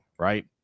right